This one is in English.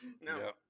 No